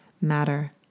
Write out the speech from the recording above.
matter